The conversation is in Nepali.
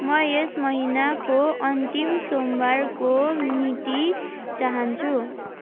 म यस महिनाको अन्तिम सोमवारको मिति चाहन्छु